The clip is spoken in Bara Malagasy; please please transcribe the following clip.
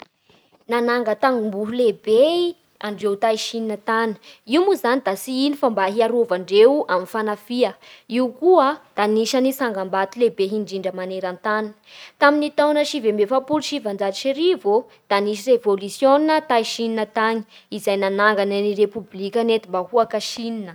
Nananga tamboho lehibe andreo ta Chine tagny. Io moa zany da tsy ino fa mba hiarovandreo amin'ny fanafiha. Io koa anisan'ny tsangam-bato lehibe indrindra maneran-tany. Tamin'ny taona sivy amby efapolo sy sivanjato sy arivo ô da nisy revôlisiôna ta Chine tany izay nanangana ny repoblika nentim-bahoaka Chine.